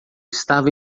estava